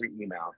email